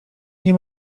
nie